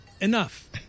enough